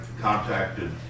contacted